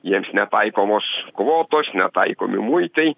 jiems netaikomos kvotos netaikomi muitai